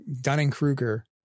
Dunning-Kruger